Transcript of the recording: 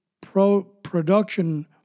production